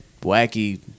Wacky